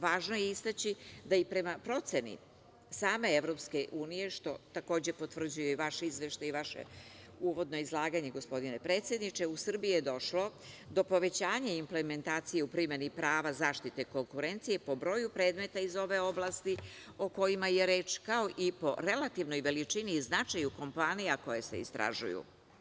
Važno je istaći da i prema proceni same EU, što takođe potvrđuje i vaš Izveštaj i vaše uvodno izlaganje gospodine predsedniče, u Srbiji je došlo do povećanja implementacije u primeni prava zaštite konkurencije po broju predmeta iz ove oblasti o kojima je reč, kao i po relativnoj veličini i značaju kompanija koje se istražuju.